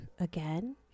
Again